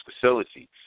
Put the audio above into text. facilities